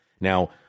Now